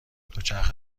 دوچرخه